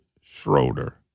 Schroeder